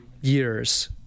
years